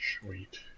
Sweet